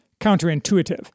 counterintuitive